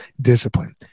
discipline